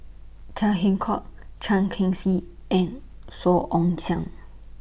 Chia Keng Hock Tan Cheng Kee and Song Ong Siang